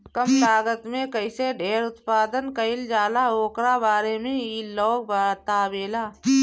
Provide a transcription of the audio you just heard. कम लागत में कईसे ढेर उत्पादन कईल जाला ओकरा बारे में इ लोग बतावेला